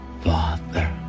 father